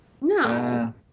No